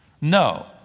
No